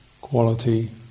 quality